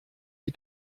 die